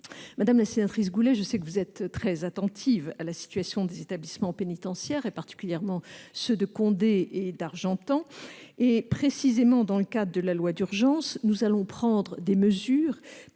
Madame la sénatrice Goulet, je sais que vous êtes très attentive à la situation des établissements pénitentiaires, en particulier ceux de Condé-sur-Sarthe et d'Argentan. Sachez que, dans le cadre du projet de loi d'urgence, nous allons prendre des mesures